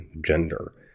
gender